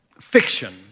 fiction